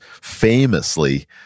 famously